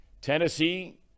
Tennessee